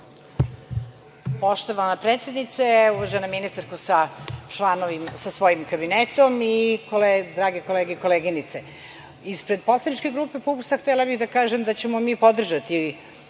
Poštovana predsednice, uvažena ministarko sa svojim kabinetom i drage kolege i koleginice, ispred poslaničke grupe PUPS htela bih da kažem da ćemo mi podržati